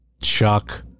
Chuck